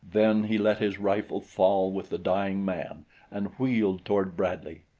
then he let his rifle fall with the dying man and wheeled toward bradley.